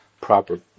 proper